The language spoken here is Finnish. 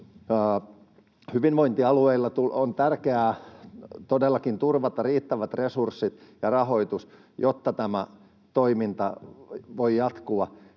hyvinvointialueilla on tärkeää todellakin turvata riittävät resurssit ja rahoitus, jotta tämä toiminta voi jatkua,